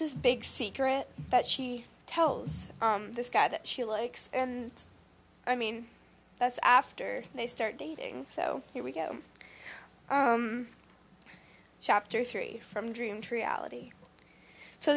this big secret that she tells this guy that she likes and i mean that's after they start dating so here we go chapter three from dream tree ality so